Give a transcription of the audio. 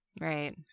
right